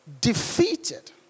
defeated